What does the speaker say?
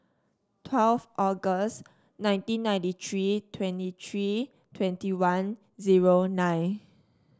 twelve August nineteen ninety three twenty three twenty one zero nine